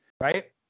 right